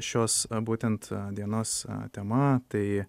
šios būtent dienos tema tai